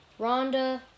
Rhonda